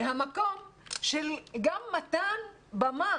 מהמקום של גם מתן במה